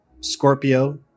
Scorpio